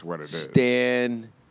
Stan